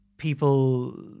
people